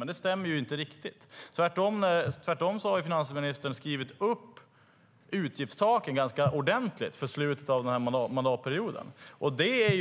Men det stämmer inte riktigt. Tvärtom har finansministern skrivit upp utgiftstaken ganska ordentligt för slutet av den här mandatperioden. Det